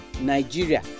Nigeria